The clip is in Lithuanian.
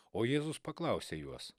o jėzus paklausė juos